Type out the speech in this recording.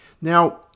Now